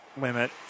limit